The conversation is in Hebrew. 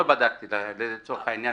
לא בדקתי את זה.